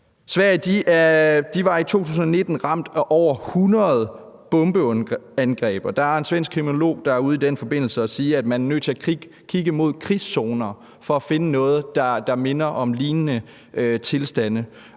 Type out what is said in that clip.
Sverige var i 2019 ramt af over 100 bombeangreb, og der er en svensk kriminolog, der i den forbindelse er ude og sige, at man er nødt til at kigge mod krigszoner for at finde noget, der minder om lignende tilstande.